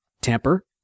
Tamper